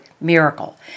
miracle